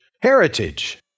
heritage